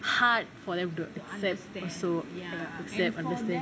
hard for them to to to to understand